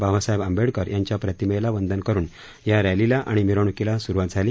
बाबासाहेब आंबेडकर यांच्या प्रतिमेला वंदन करून या रक्तीला आणि मिरवण्कीला स्रुवात झाली